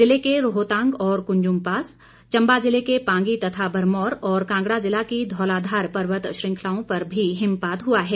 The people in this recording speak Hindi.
जिले के रोहतांग और कुंजुम पास चंबा जिले के पांगी तथा भरमौर और कांगड़ा जिला की धौलाधार पर्वत श्रृंखलाओं पर भी हिमपात हुआ है